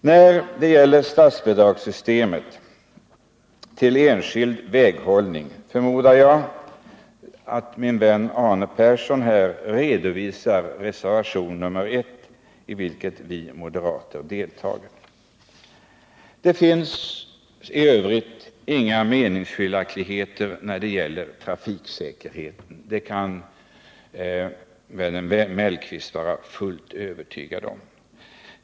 När det gäller statsbidragssystemet för enskild väghållning förmodar jag att min vän Arne Persson redovisar reservation nr 1, i vilken vi moderater har deltagit. Det finns i övrigt inga meningsskiljaktigheter när det gäller trafiksäkerheten, det kan vännen herr Mellqvist vara fullt övertygad om.